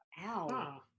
Ow